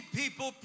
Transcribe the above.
people